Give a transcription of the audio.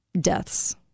deaths